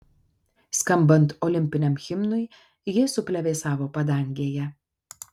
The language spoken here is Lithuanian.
skambant olimpiniam himnui ji suplevėsavo padangėje